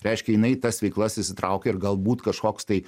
reiškia jinai į tas veiklas įsitraukia ir galbūt kažkoks tai